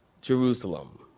Jerusalem